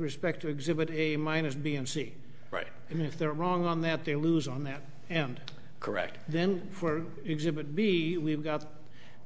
respect to exhibit a minus b and c right and if they're wrong on that they lose on that and correct then for exhibit b we've got